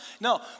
No